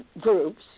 groups